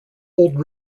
old